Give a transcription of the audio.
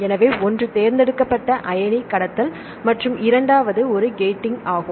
எனவே ஒன்று தேர்ந்தெடுக்கப்பட்ட அயனி கடத்தல் மற்றும் இரண்டாவது ஒரு கேட்டிங் ஆகும்